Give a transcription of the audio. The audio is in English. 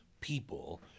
people